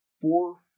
four